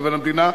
לבין המדינה,